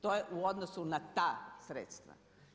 To je u odnosu na ta sredstva.